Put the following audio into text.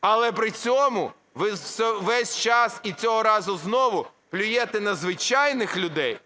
Але при цьому ви весь час і цього разу знову плюєте на звичайних людей